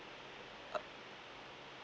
ah